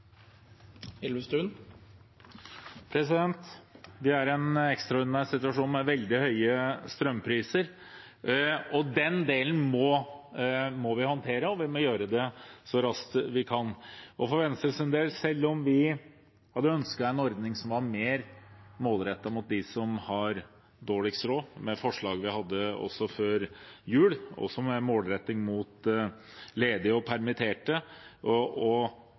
Vi er i en ekstraordinær situasjon med veldig høye strømpriser. Den delen må vi håndtere, og vi må gjøre det så raskt vi kan. Selv om Venstre hadde ønsket en ordning som var mer målrettet mot dem som har dårligst råd, jf. forslag vi hadde før jul, og også med målretting mot ledige og permitterte, og